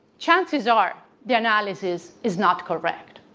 chances are the analysis is not correct.